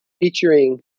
featuring